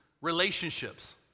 relationships